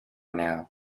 now